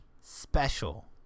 special